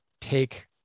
take